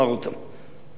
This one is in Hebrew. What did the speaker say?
למה להוסיף חטא על פשע,